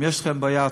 אם יש לכם בעיה,